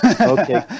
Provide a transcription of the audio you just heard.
Okay